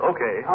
Okay